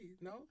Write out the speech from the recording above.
No